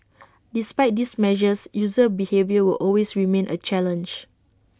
despite these measures user behaviour will always remain A challenge